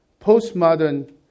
postmodern